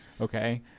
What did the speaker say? Okay